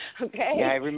Okay